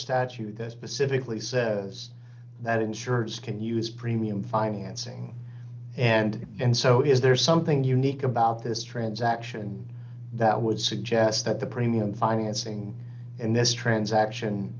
statute that specifically says that insurers can use premium financing and and so is there something unique about this transaction that would suggest that the premium financing and this transaction